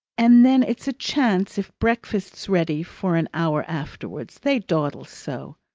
and then it's a chance if breakfast's ready for an hour afterwards, they dawdle so.